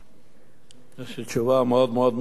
יש לי תשובה מאוד מאוד מפורטת.